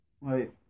Right